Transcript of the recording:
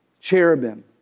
cherubim